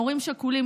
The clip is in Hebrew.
הורים שכולים,